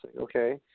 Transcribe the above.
Okay